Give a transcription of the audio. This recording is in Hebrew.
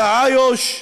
"תעאיוש",